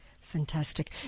Fantastic